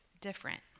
different